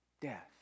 death